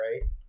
right